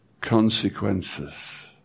consequences